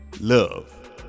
love